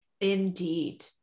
Indeed